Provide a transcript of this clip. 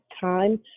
time